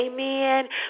amen